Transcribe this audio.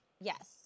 yes